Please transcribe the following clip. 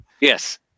yes